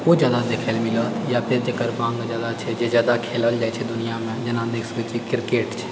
ओ जादा देखएला मिलत या फेर जकर माँग जादा छै जे जादा खेलल जाइत छै दुनियामे जेना देखि सकैत छियै क्रिकेट छै